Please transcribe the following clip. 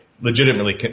legitimately